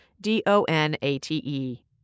d-o-n-a-t-e